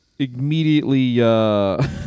immediately